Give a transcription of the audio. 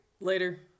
Later